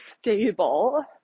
stable